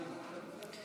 ביטון?